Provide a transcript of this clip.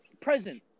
present